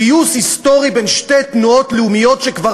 פיוס היסטורי בין שתי תנועות לאומיות שכבר